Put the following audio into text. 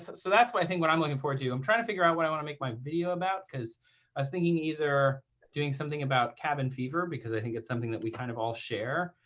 so that's what, i think, what i'm looking forward to. i'm trying to figure out what i want to make my video about because i was thinking either doing something about cabin fever because i think it's something that we kind of all share,